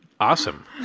Awesome